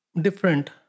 different